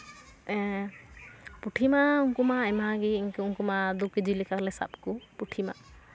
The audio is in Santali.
ᱮ ᱯᱩᱴᱷᱤ ᱢᱟ ᱩᱱᱠᱩ ᱢᱟ ᱟᱭᱢᱟᱜᱮ ᱩᱱᱠᱩ ᱢᱟ ᱫᱩ ᱠᱮᱡᱤ ᱞᱮᱠᱟᱞᱮ ᱥᱟᱵ ᱠᱮᱫ ᱠᱚ ᱯᱩᱴᱷᱤ ᱢᱟ